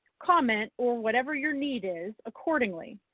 comment or whatever your need is accordingly.